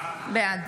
בעד